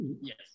yes